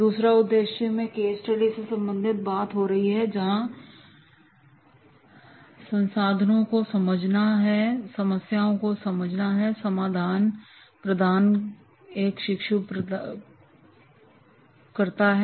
दूसरा उद्देश्य में केस स्टडी से संबंधित बात हो रही है जहाँ संसाधनों को समझना समस्या को समझना और समाधान प्रदान एक प्रशिक्षु करता है